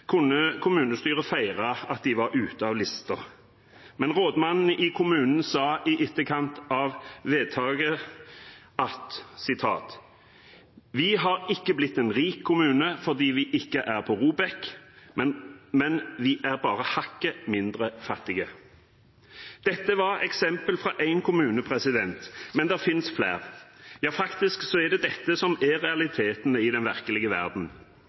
kunne kommunestyret feire at de var ute av lista. Men rådmannen i kommunen sa i etterkant av vedtaket: «Vi har ikke blitt en rik kommune fordi vi ikke er på ROBEK, vi er bare hakket mindre fattige.» Dette var et eksempel fra én kommune, men det finnes flere. Ja, faktisk er det dette som er realiteten i den virkelige verden.